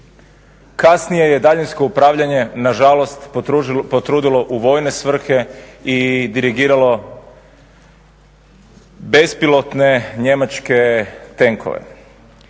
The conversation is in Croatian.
Kasnije je daljinsko upravljanje nažalost potrudilo u vojne svrhe i dirigiralo bez pilotne njemačke tenkove.